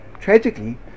tragically